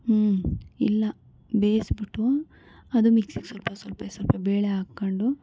ಹ್ಞೂ ಇಲ್ಲ ಬೇಯಿಸಿಬಿಟ್ಟು ಅದು ಮಿಕ್ಸಿಗೆ ಸ್ವಲ್ಪ ಸ್ವಲ್ಪ ಸ್ವಲ್ಪ ಬೇಳೆ ಹಾಕ್ಕೊಂಡು